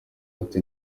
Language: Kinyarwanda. ati